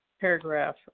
paragraph